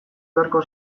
beharko